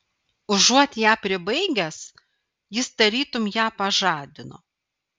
užuot ją pribaigęs jis tarytum ją pažadino